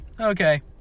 okay